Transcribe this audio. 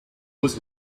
was